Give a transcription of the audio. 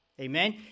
amen